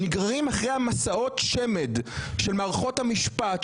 נגררים אחרי מסעות השמד של מערכות המשפט,